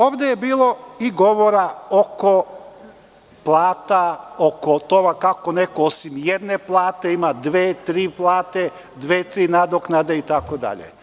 Ovde je bilo i govora oko plata, oko toga kako neko osim jedne plate ima dve, tri plate, dve, tri nadoknade itd.